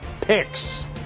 picks